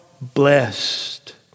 blessed